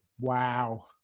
Wow